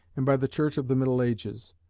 and by the church of the middle ages.